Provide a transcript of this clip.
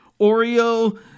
Oreo